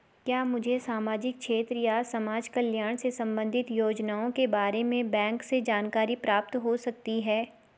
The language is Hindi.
क्या मुझे सामाजिक क्षेत्र या समाजकल्याण से संबंधित योजनाओं के बारे में बैंक से जानकारी प्राप्त हो सकती है?